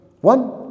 One